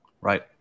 Right